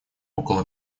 около